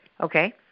Okay